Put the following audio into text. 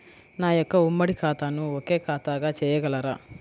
నా యొక్క ఉమ్మడి ఖాతాను ఒకే ఖాతాగా చేయగలరా?